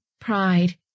pride